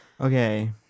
Okay